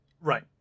Right